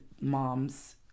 moms